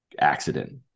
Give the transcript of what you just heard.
accident